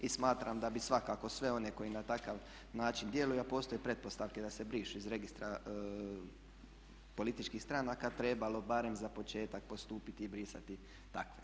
I smatram da bi svakako sve one koji na takav način djeluju a postoje pretpostavke da se brišu ih registra političkih stranaka trebalo barem za početak postupiti i brisati takve.